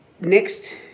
Next